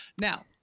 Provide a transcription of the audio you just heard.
Now